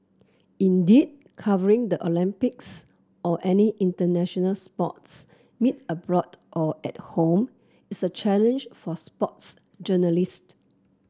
indeed covering the Olympics or any international sports meet abroad or at home is a challenge for sports journalist